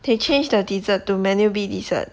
they change the dessert to menu B dessert